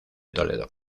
toledo